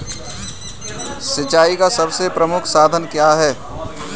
सिंचाई का सबसे प्रमुख साधन क्या है?